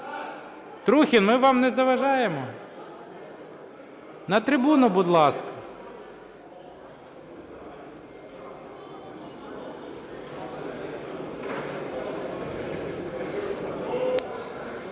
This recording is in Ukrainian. Трухін, ми вам не заважаємо? На трибуну, будь ласка.